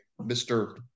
Mr